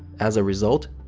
as a result,